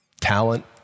talent